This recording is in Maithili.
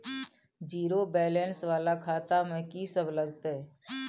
जीरो बैलेंस वाला खाता में की सब लगतै?